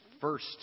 first